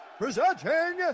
presenting